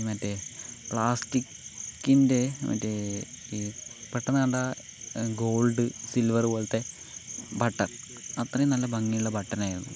മറ്റേ പ്ലാസ്റ്റിക്കിന്റെ മറ്റേ ഈ പെട്ടെന്ന് കണ്ടാൽ ഗോൾഡ് സിൽവർ പോലത്തെ ബട്ടൺ അത്രയും നല്ല ഭംഗിയുള്ള ബട്ടണായിരുന്നു